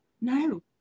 no